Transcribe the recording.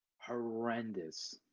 horrendous